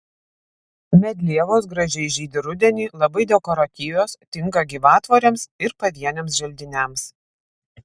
medlievos gražiai žydi rudenį labai dekoratyvios tinka gyvatvorėms ir pavieniams želdiniams